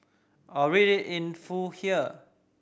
or read it in full here